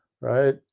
right